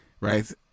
right